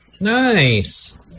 Nice